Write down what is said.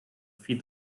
feed